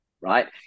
right